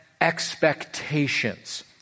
expectations